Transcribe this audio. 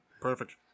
Perfect